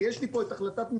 כי יש לי פה את החלטת ממשלה.